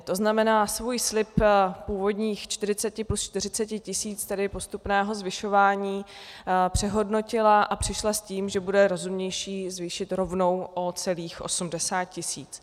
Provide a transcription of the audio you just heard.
To znamená, svůj slib z původních 40 plus 40 tisíc, tedy postupného zvyšování, přehodnotila a přišla s tím, že bude rozumnější zvýšit rovnou o celých 80 tisíc.